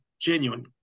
genuine